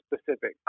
specific